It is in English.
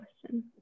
question